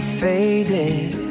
faded